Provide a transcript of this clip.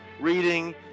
reading